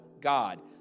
God